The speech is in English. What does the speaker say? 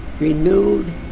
renewed